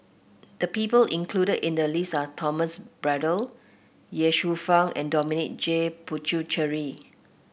the people included in the list are Thomas Braddell Ye Shufang and Dominic J Puthucheary